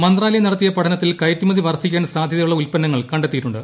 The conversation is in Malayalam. മന്ത്രാലയം നടത്തിയ പഠനത്തിൽ കയറ്റൂമതി വർദ്ധിക്കാൻ സാദ്ധ്യതയുള്ള ഉൽപ്പന്നങ്ങൾ കണ്ടെത്തി യിട്ടൂണ്ട്